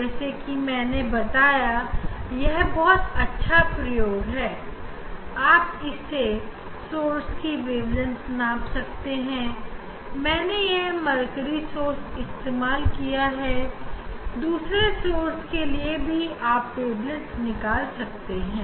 जैसा कि मैंने बताया यह बहुत अच्छा प्रयोग है आप इससे सोर्स की वेवलेंथ नाप सकते हैं हमने यहां मर्करी सोर्स का इस्तेमाल किया हैदूसरे सोर्स के लिए भी आप वेवलेंथ निकाल सकते हैं